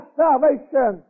salvation